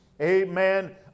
amen